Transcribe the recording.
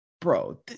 bro